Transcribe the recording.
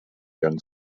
young